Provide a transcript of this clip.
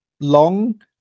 long